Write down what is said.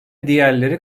diğerleri